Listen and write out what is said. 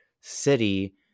city